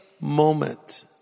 moment